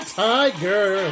tiger